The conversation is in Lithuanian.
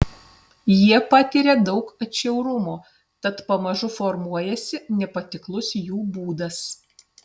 jie patiria daug atšiaurumo tad pamažu formuojasi nepatiklus jų būdas